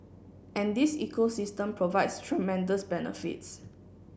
and this ecosystem provides tremendous benefits